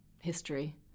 history